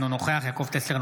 אינו נוכח יעקב טסלר,